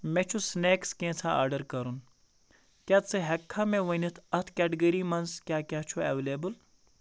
مےٚ چھُ سِنیٚکٕس کینٛژھا آرڈر کرُن کیٛاہ ژٕ ہٮ۪ککھا مےٚ ؤنِتھ اَتھ کیٹگری منٛز کیٛاہ کیٛاہ چھُ اویلیبُل